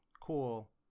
cool